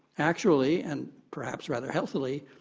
actually, and perhaps rather healthily,